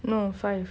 no five